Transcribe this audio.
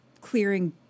clearing